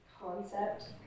concept